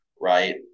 right